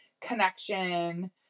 connection